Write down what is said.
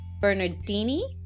Bernardini